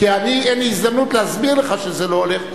אין לי הזדמנות להסביר לך שזה לא הולך,